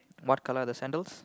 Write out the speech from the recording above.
what colour are the sandals